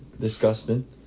disgusting